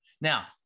Now